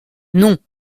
non